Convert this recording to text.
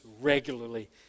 regularly